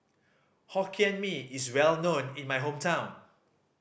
Hokkien Mee is well known in my hometown